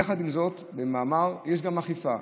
עם זאת, יש גם אכיפה.